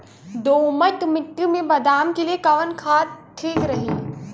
दोमट मिट्टी मे बादाम के लिए कवन खाद ठीक रही?